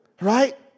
right